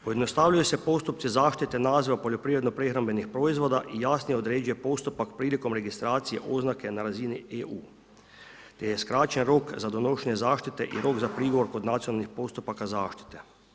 Pojednostavljuje se postupci zaštite naziva poljoprivredno prehrambenih proizvoda i jasno određuje postupak prilikom registracije oznake na razini EU te je skraćen rok za donošenje zaštite i rok za prigovor kod nacionalnih postupaka zaštite.